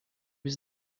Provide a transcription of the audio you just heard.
was